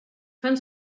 fan